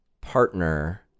partner